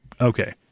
Okay